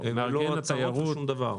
הוא לא צריך לעשות שום דבר.